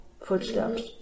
footsteps